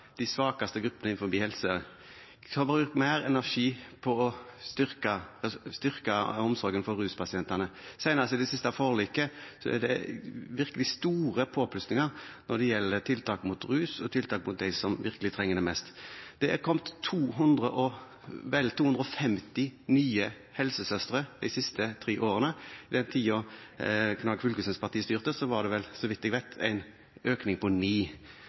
de svakeste gruppene innenfor helse, som har brukt mer energi på å styrke omsorgen for ruspasienter. Senest i det siste forliket er det store påplussinger når det gjelder tiltak mot rus, og tiltak for dem som virkelig trenger det mest. Det er kommet vel 250 nye helsesøstre de siste tre årene. I den tiden Knag Fylkesnes’ parti styrte, var det, så vidt jeg vet, en økning på ni.